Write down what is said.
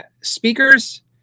speakers